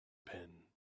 pen